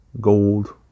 gold